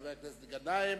חבר הכנסת גנאים.